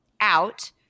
out